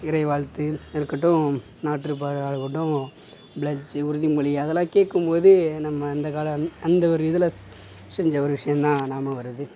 இறைவாழ்த்து இருக்கட்டும் நாட்ற்றுப்பாடலாக இருக்கட்டும் பிளச்சி உறுதிமொழி அதெலாம் கேட்கும்போது நம்ம அந்தக்கால அந்த ஒரு இதில் செஞ்ச ஒரு விஷயந்தான் ஞாபகம் வருது